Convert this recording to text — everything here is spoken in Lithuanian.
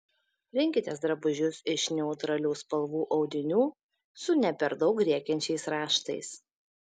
rinkitės drabužius iš neutralių spalvų audinių su ne per daug rėkiančiais raštais